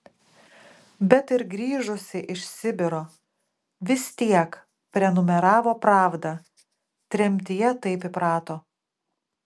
bet ir grįžusi iš sibiro vis tiek prenumeravo pravdą tremtyje taip įprato